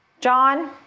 John